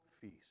feast